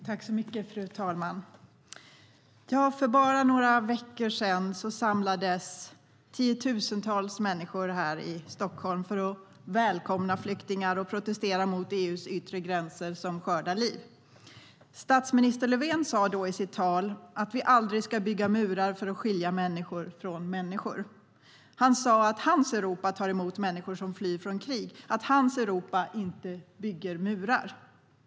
Fru talman! För bara några veckor sedan samlades tiotusentals människor här i Stockholm för att välkomna flyktingar och för att protestera mot EU:s yttre gränser som skördar liv. Statsminister Löfven sa då i sitt tal att vi aldrig ska bygga murar för att skilja människor från människor. Han sa att hans Europa tar emot människor som flyr från krig, att hans Europa inte bygger murar.